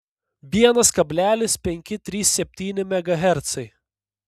vienas kablelis penki trys septyni megahercai